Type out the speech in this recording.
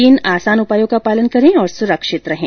तीन आसान उपायों का पालन करें और सुरक्षित रहें